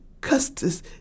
custis